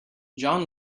john